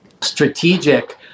strategic